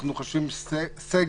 אנחנו חושבים שסגר